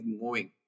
moving